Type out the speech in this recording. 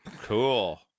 Cool